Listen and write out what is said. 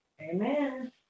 Amen